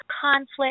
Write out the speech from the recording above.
conflict